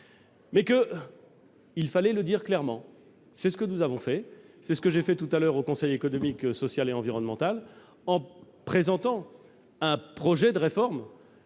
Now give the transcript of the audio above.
faire. Il fallait le dire clairement : c'est ce que nous avons fait, c'est ce que j'ai fait, tout à l'heure, devant le Conseil économique, social et environnemental, quand j'ai présenté un projet de réforme